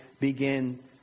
begin